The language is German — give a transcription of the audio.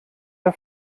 der